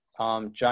John